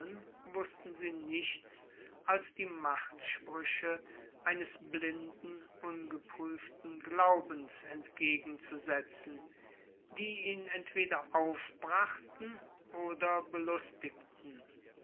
wußten sie nichts als die machtsprüche eines blinden ungeprüften glaubens entgegenzusetzen die ihn entweder aufbrachten oder belustigten